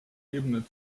ebene